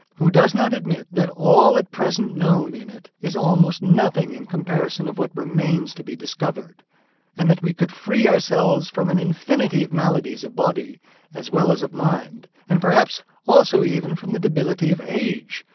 who does not admit that all at present known in it is almost nothing in comparison of what remains to be discovered and that we could free ourselves from an infinity of maladies of body as well as of mind, and perhaps also even from the debility of age,